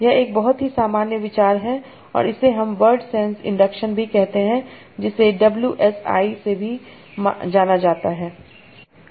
यह एक बहुत ही सामान्य विचार है और इसे हम वर्ड सेंस इंडक्शन भी कहते हैं जिसे डब्ल्यू एस आई से भी जाना जाता है